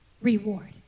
reward